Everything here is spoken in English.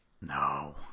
No